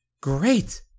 Great